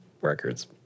Records